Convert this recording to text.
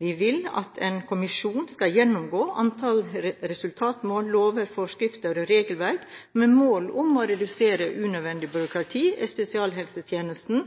Vi vil at en kommisjon skal gjennomgå antall resultatmål, lover, forskrifter og regelverk med mål å redusere unødvendig byråkrati i spesialisthelsetjenesten